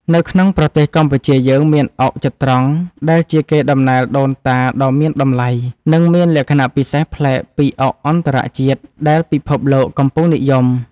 នៅក្នុងប្រទេសកម្ពុជាយើងមានអុកចត្រង្គដែលជាកេរដំណែលដូនតាដ៏មានតម្លៃនិងមានលក្ខណៈពិសេសប្លែកពីអុកអន្តរជាតិដែលពិភពលោកកំពុងនិយម។